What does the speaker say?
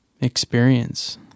experience